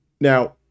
now